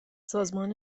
سازمان